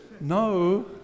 No